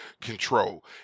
control